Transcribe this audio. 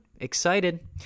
Excited